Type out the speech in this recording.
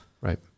Right